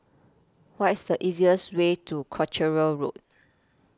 What IS The easiest Way to Croucher Road